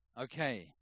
Okay